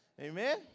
Amen